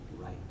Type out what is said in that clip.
right